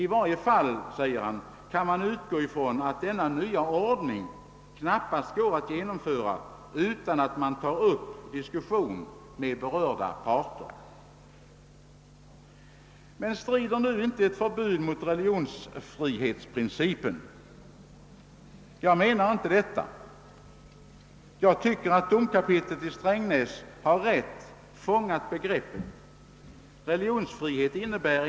I varje fall kan man utgå från att denna nya ordning knappast går att genomföra utan att man tar upp diskussion med berörda parter.» Men strider nu inte ett förbud mot religionsfrihetsprincipen? Nej, det menar jag att det inte gör. Jag tycker att domkapitlet i Strängnäs har definierat begreppet religionsfrihet riktigt.